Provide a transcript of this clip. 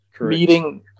meeting